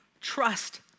trust